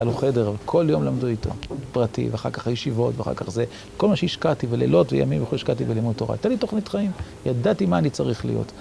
היה לו חדר, כל יום למדו איתו, פרטי, ואחר כך הישיבות, ואחר כך זה. כל מה שהשקעתי בלילות וימים וכו׳, השקעתי בלימוד תורה. הייתה לי תוכנית חיים, ידעתי מה אני צריך להיות.